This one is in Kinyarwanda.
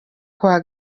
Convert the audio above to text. kuwa